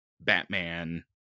batman